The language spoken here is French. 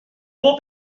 beau